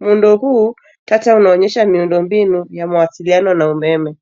Muundo huu tata unaonyesha miundo mbinu ya mawasiliano na umeme.